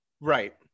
Right